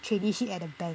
traineeship at the bank